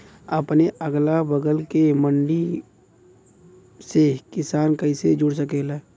अपने अगला बगल के मंडी से किसान कइसे जुड़ सकेला?